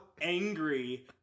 angry